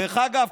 דרך אגב,